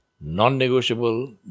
non-negotiable